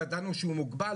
לא ידענו שהוא מוגבל,